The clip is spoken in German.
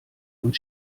und